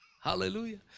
Hallelujah